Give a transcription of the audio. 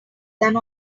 than